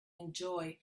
enjoy